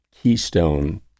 keystone